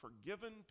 forgiven